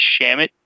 Shamit